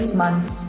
months